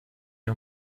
wir